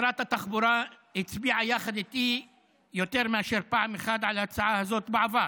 שרת התחבורה הצביעה איתי יותר מאשר פעם אחת על ההצעה הזאת בעבר.